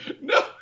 No